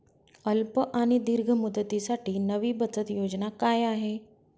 अल्प आणि दीर्घ मुदतीसाठी नवी बचत योजना काय आहे?